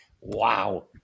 Wow